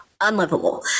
unlivable